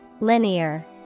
Linear